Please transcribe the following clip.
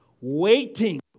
waiting